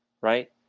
right